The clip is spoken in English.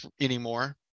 anymore